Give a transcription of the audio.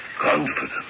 Confidence